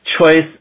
choice